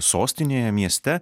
sostinėje mieste